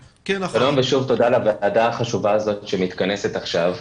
תודה על הוועדה החשובה הזאת שמתכנסת עכשיו.